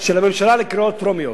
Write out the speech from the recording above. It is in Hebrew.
של הממשלה לקריאות טרומיות,